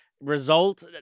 result